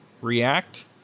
React